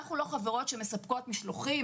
אנחנו לא חברות שמספקות משלוחים,